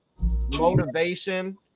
motivation